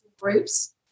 groups